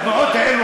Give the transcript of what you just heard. התנועות האלה,